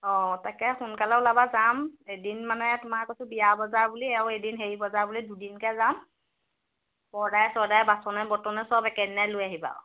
অঁ তাকে সোনকালে ওলাবা যাম এদিন মানে তোমাৰ কৈছোঁ বিয়া বজাৰ বুলি আউ এদিন হেৰি বজাৰ বুলি দুদিনকে যাম পৰ্দাই চৰ্দাই বাচনে বৰ্তনে চব একেদিনাই লৈ আহিবা আউ